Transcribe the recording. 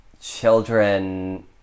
children